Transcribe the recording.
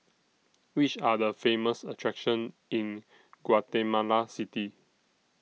Which Are The Famous attractions in Guatemala City